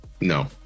no